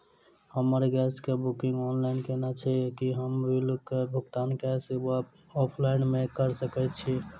हम गैस कऽ booking online केने छी, की हम बिल कऽ भुगतान कैश वा ऑफलाइन मे कऽ सकय छी?